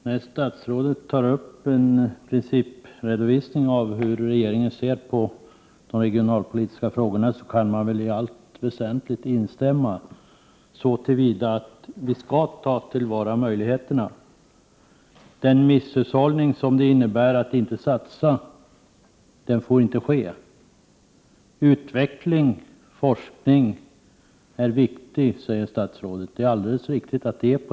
Herr talman! Den principredovisning som statsrådet gör av hur regeringen ser på de regionalpolitiska frågorna kan jag i allt väsentligt instämma i så till vida att möjligheterna skall tas till vara. Den misshushållning som det innebär att man inte satsar får inte ske. Utveckling och forskning är viktiga, säger statsrådet. Det är alldeles riktigt.